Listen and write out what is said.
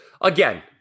Again